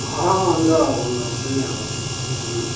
অঁ অঁ সুন্দৰ হ'ব সুন্দৰ হ'ব ধুনীয়া হ'ব